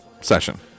session